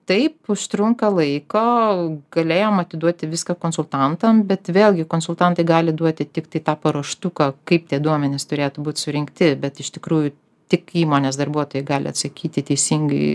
taip užtrunka laiko galėjom atiduoti viską konsultantam bet vėlgi konsultantai gali duoti tiktai tą paruoštuką kaip tie duomenys turėtų būt surinkti bet iš tikrųjų tik įmonės darbuotojai gali atsakyti teisingai